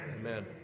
Amen